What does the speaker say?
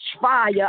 fire